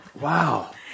Wow